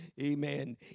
amen